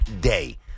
day